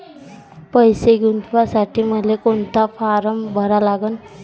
पैसे गुंतवासाठी मले कोंता फारम भरा लागन?